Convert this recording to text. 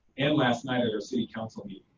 and last night at our city council meeting.